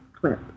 clip